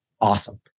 awesome